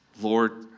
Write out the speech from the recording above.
Lord